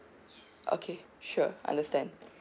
okay sure understand